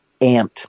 amped